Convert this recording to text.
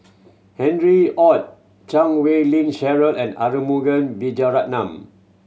Harry Ord Chan Wei Ling Cheryl and Arumugam Vijiaratnam